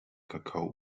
kakao